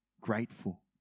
grateful